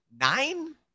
nine